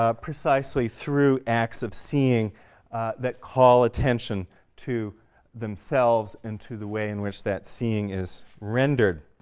ah precisely through acts of seeing that call attention to themselves and to the way in which that seeing is rendered.